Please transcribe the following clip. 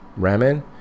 ramen